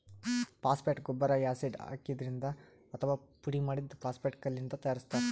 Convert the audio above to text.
phosphate ಗೊಬ್ಬರ್ acid ಹಾಕಿದ್ರಿಂದ್ ಅಥವಾ ಪುಡಿಮಾಡಿದ್ದ್ ಫಾಸ್ಫೇಟ್ ಕಲ್ಲಿಂದ್ ತಯಾರಿಸ್ತಾರ್